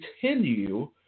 continue